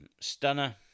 stunner